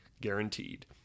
Guaranteed